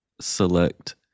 select